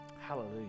Hallelujah